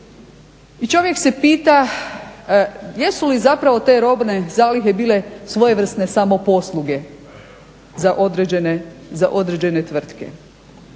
I čovjek se pita, jesu li zapravo te robne zalihe bile svojevrsne samoposluge za određene tvrtke